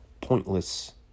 pointless